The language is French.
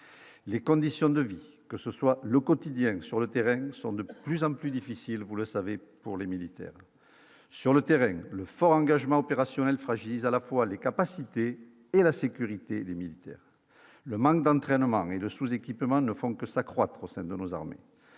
Les conditions de vie, que ce soit le quotidien sur le terrain sont de plus en plus difficile, vous le savez, pour les militaires sur le terrain, le fort engagement opérationnel fragilise à la fois les capacités et la sécurité, les militaires, le manque d'entraînement et le sous-équipement ne font que s'accroître au sein de nos armées,